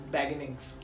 Beginnings।